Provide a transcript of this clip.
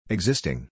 Existing